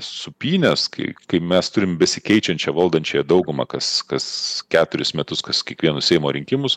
sūpynes kai kai mes turim besikeičiančią valdančiąją daugumą kas kas keturis metus kas kiekvienus seimo rinkimus